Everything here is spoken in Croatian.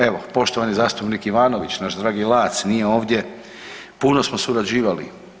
Evo poštovani zastupnik Ivanović, naš dragi Lac, nije ovdje puno smo surađivali.